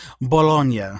Bologna